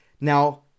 Now